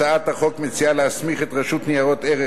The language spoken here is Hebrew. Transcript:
הצעת החוק מציעה להסמיך את רשות ניירות ערך